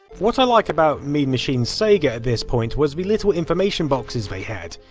what i like about mean machines sega at this point was the little information boxes they had.